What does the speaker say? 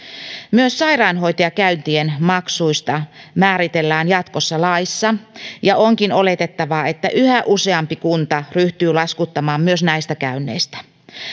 myös sairaanhoitajakäyntien maksut määritellään jatkossa laissa ja onkin oletettavaa että yhä useampi kunta ryhtyy laskuttamaan myös näistä käynneistä